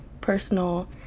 personal